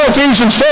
Ephesians